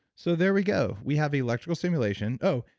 so there we go. we have electrical stimulation. oh,